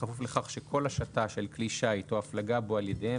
בכפוף לכך שכל השטה של כלי שיט או הפלגה בו על ידיהם